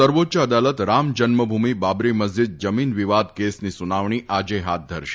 સર્વોચ્ચ અદાલત રામજન્મભૂમિ બાબરી મસ્જીદ જમીન વિવાદ કેસની સુનાવણી આજે ફાથ ધરશે